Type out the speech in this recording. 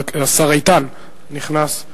השר איתן נכנס.